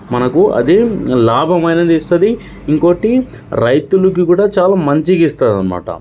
మనకు అదే లాభమనేది ఇస్తుంది ఇంకోకటి రైతులుకి కూడా చాలా మంచి ఇస్తుంది అన్నమాట